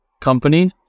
company